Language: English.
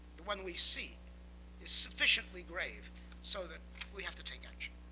the one we see is sufficiently grave so that we have to take action.